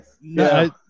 no